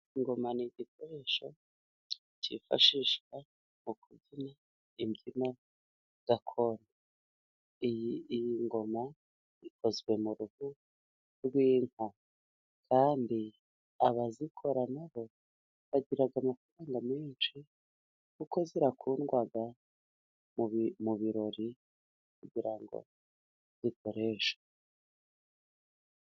Ingoma ni igikoresho cyifashishwa mu kubyina imbyino gakondo . Iyi ngoma ikozwe mu ruhu rw'inka. Kandi abazikora na bo bagira amafaranga menshi kuko zikundwa mu birori ,kugira zikoreshwe.